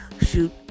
shoot